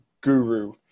guru